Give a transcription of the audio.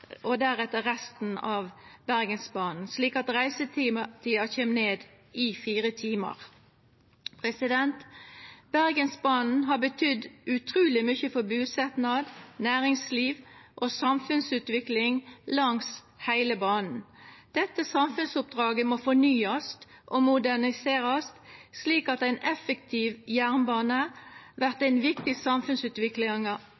og deretter resten av Bergensbanen, slik at reisetida kjem ned i fire timar. Bergensbanen har betydd utruleg mykje for busetnad, næringsliv og samfunnsutvikling langs heile banen. Dette samfunnsoppdraget må fornyast og moderniserast slik at ein effektiv jernbane vert